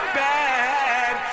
bad